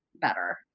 better